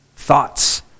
Thoughts